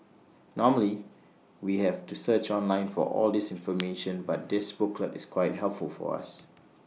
normally we have to search online for all this information but this booklet is quite helpful for us